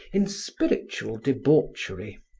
in spiritual debauchery,